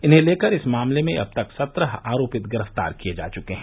इन्हें लेकर इस मामले में अब तक सत्रह आरोपित गिरफ्तार किए जा चुके हैं